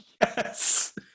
Yes